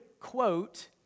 quote